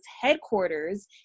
headquarters